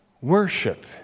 worship